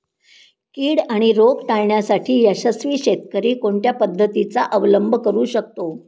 कीड आणि रोग टाळण्यासाठी यशस्वी शेतकरी कोणत्या पद्धतींचा अवलंब करू शकतो?